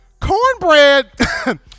Cornbread